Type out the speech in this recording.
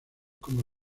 cómo